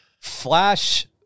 flash